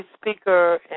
speaker